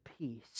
peace